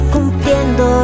Cumpliendo